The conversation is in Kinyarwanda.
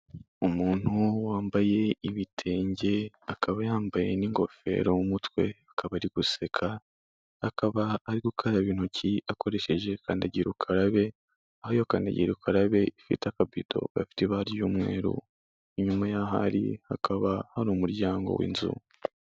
Umuntu wambaye ibitenge akaba yambaye n'ingofero mu mutwe akaba ari guseka, akaba ari gukaraba intoki akoresheje kandagira ukarabe, aho iyo kandagira ukarabe ifite akabido gafite ibara ry'umweru, inyuma y'aho ari hakaba hari umuryango w'inzu.